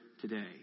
today